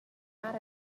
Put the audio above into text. out